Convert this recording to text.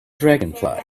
dragonfly